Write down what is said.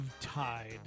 Tide